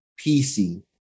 PC